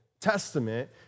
Testament